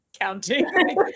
counting